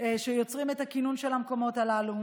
שיוצרים את הקינון במקומות הללו,